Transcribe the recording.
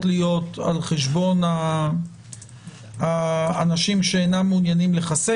להיות על חשבון האנשים שאינם מעוניינים להתחסן.